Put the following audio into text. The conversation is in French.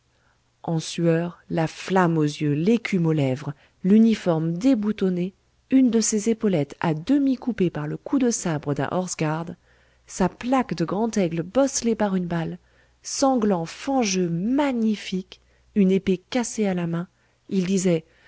en sueur la flamme aux yeux l'écume aux lèvres l'uniforme déboutonné une de ses épaulettes à demi coupée par le coup de sabre d'un horse guard sa plaque de grand-aigle bosselée par une balle sanglant fangeux magnifique une épée cassée à la main il disait